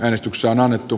äänestykseen annettu